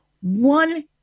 one